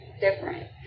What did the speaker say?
different